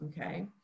Okay